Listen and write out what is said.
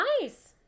Nice